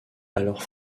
alors